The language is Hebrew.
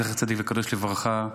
זכר צדיק וקדוש לברכה,